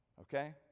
okay